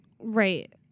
Right